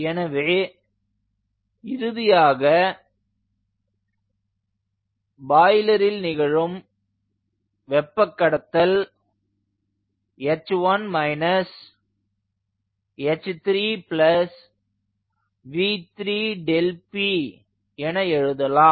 எனவே இறுதியாக பாய்லரில் நிகழும் வெப்ப கடத்தல் h1 h3v3 Δp என எழுதலாம்